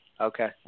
Okay